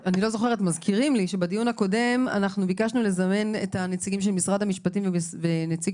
מזכירים לי שבדיון הקודם ביקשנו לזמן את הנציגים של משרד המשפטים ונציג